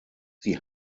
sie